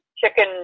Chicken